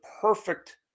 perfect